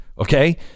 Okay